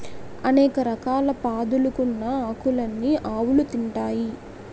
అనేక రకాల పాదులుకున్న ఆకులన్నీ ఆవులు తింటాయి